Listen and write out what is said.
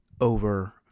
Over